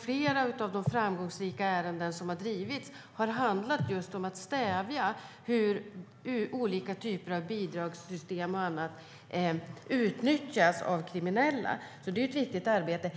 Flera av de framgångsrika ärenden som drivits har handlat om att stoppa kriminella från att felaktigt utnyttja olika typer av bidragssystem. Det är ett viktigt arbete.